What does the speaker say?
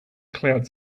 cloud